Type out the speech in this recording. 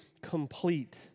complete